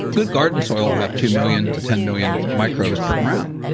good garden soil have two million to ten million microbes per gram.